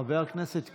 חבר הכנסת קיש,